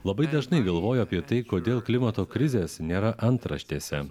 labai dažnai galvoju apie tai kodėl klimato krizės nėra antraštėse